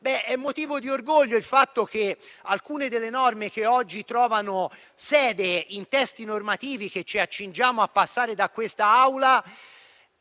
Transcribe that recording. è motivo di orgoglio il fatto che alcune delle norme che oggi trovano sede in testi normativi che ci accingiamo a passare da questa Aula